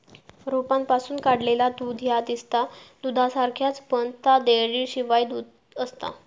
रोपांपासून काढलेला दूध ह्या दिसता दुधासारख्याच, पण ता डेअरीशिवायचा दूध आसता